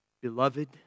beloved